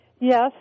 Yes